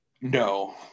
No